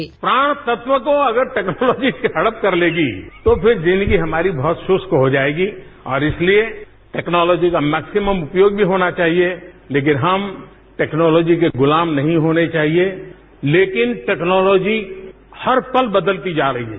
bite प्रधानमंत्री प्राण तत्वों को अगर टेक्नोलॉजी हड़प कर लेगी तो फिर जिंदगी हमारी बहुत सुस्त हो जाएगी और इसलिए टेक्नोलॉजी का मैक्सिमम उपयोग भी होना चाहिए लेकिन हम टेक्नोलाजी के गुलाम नहीं होने चाहिए लेकिन टेक्नोलाजी हर पल बदलती जा रही है